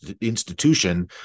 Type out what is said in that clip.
institution